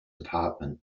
apartment